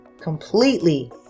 completely